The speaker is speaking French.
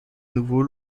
nouveau